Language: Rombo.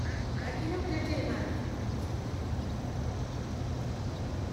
Lakini utatia imani hawezi kuishu hata kwa dawa ehh